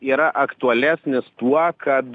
yra aktualesnis tuo kad